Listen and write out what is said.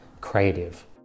creative